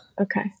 Okay